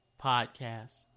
podcast